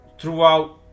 Throughout